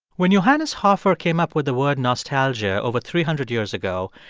when johannes hofer came up with the word nostalgia over three hundred years ago,